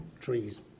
trees